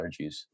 allergies